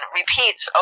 repeats